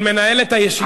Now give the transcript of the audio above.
אבל מנהל את הישיבה.